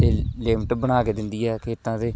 ਅਤੇ ਲਿਮਟ ਬਣਾ ਕੇ ਦਿੰਦੀ ਆ ਖੇਤਾਂ 'ਤੇ